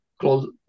close